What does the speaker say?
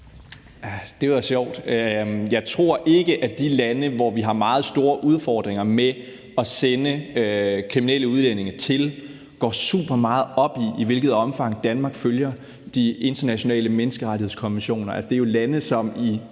Dét var sjovt; jeg tror ikke, at de lande, som vi har meget store udfordringer med at sende kriminelle udlændinge til, går super meget op i, i hvilket omfang Danmark følger de internationale menneskerettighedskonventioner. Altså, det er jo lande, som i